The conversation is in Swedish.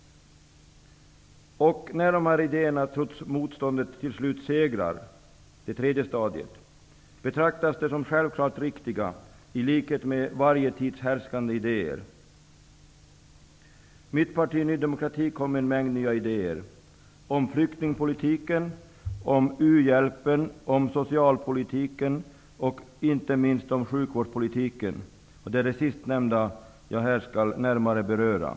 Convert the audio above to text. Det tredje stadiet är att idéerna, när de trots motståndet till slut segrar, betraktas som självklart riktiga -- i likhet med varje tids härskande idéer. Mitt parti Ny demokrati kom med en mängd nya idéer, om flyktingpolitiken, u-hjälpen, socialpolitiken och inte minst sjukvårdspolitiken. Det är det sistnämnda som jag närmare skall beröra.